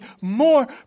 more